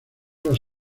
las